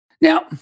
Now